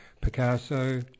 Picasso